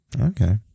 Okay